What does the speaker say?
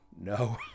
No